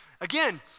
again